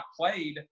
played